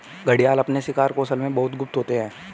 घड़ियाल अपने शिकार कौशल में बहुत गुप्त होते हैं